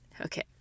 okay